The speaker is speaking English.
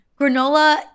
granola